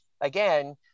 again